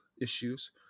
issues